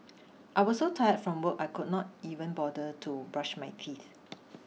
I was so tired from work I could not even bother to brush my teeth